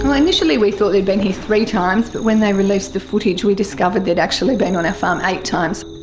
and initially we thought they'd been here three times but when they released the footage we discovered they'd actually been on our farm eight times.